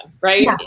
right